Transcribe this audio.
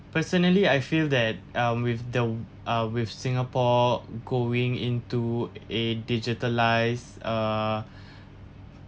personally I feel that um with the ah with singapore going into a digitalised uh